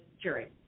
jury